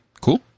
Cool